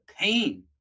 pain